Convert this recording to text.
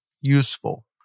useful